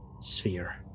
sphere